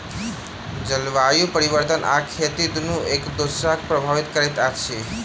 जलवायु परिवर्तन आ खेती दुनू एक दोसरा के प्रभावित करैत अछि